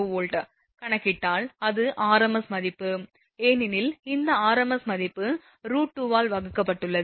475 kV ஐ கணக்கிட்டால் அது rms மதிப்பு ஏனெனில் இந்த rms மதிப்பு √2 ஆல் வகுக்கப்பட்டுள்ளது